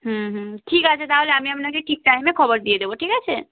হুম হুম ঠিক আছে তাহলে আমি আপনাকে ঠিক টাইমে খবর দিয়ে দেবো ঠিক আছে